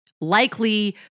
likely